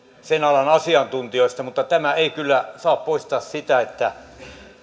sen alan asiantuntijoilta mutta tämä ei kyllä saa poistaa sitä että